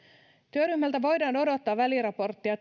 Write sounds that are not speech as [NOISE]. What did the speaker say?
työryhmältä voidaan odottaa väliraporttia [UNINTELLIGIBLE]